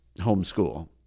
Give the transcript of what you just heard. homeschool